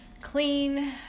clean